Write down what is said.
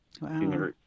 Wow